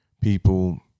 people